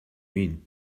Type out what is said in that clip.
mean